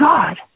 God